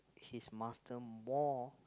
his master more